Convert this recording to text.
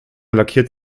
lackiert